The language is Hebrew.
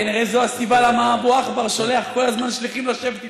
כנראה זו הסיבה למה אבו עכבר שולח כל הזמן שליחים לשבת איתך.